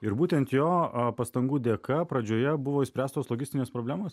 ir būtent jo pastangų dėka pradžioje buvo išspręstos logistinės problemos